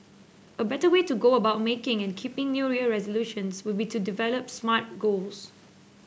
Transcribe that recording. a better way to go about making and keeping New Year resolutions would be to develop smart goals